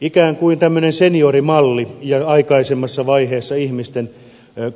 ikään kuin tämmöinen seniorimalli ja aikaisemmassa vaiheessa ihmisten